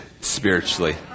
spiritually